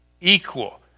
equal